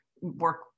work